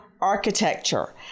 architecture